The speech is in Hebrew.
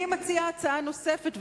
אני מציעה הצעה נוספת,